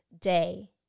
day